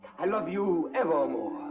i love you evermore!